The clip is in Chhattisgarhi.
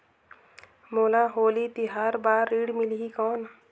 मोला होली तिहार बार ऋण मिलही कौन?